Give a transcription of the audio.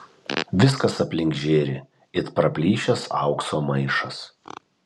viskas aplink žėri it praplyšęs aukso maišas